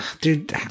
dude